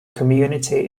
community